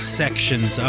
sections